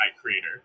creator